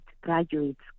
graduates